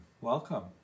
Welcome